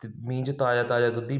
ਅਤੇ ਮੀਨਜ ਤਾਜ਼ਾ ਤਾਜ਼ਾ ਦੁੱਧ ਹੀ